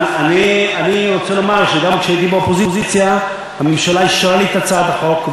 אני רוצה לומר שגם כשהייתי באופוזיציה הממשלה אישרה לי את הצעת החוק,